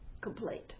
complete